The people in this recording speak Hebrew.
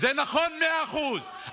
זה נכון מאה אחוז.